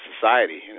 society